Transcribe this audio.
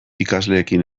ikasleekin